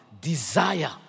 Desire